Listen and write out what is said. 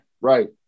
Right